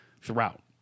throughout